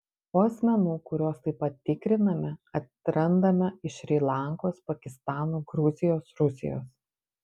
o asmenų kuriuos taip pat tikriname atrandame iš šri lankos pakistano gruzijos rusijos